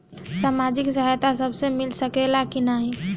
सामाजिक सहायता सबके मिल सकेला की नाहीं?